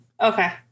Okay